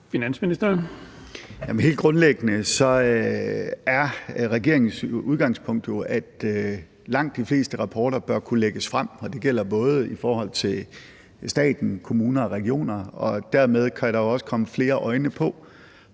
Helt grundlæggende er regeringens udgangspunkt jo, at langt de fleste rapporter bør kunne lægges frem, og det gælder både i forhold til staten, kommunerne og regionerne. Dermed kan der jo også komme flere øjne på,